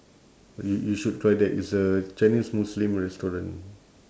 you you should try that it's a chinese muslim restaurant